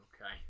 okay